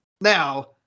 Now